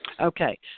Okay